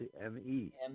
M-E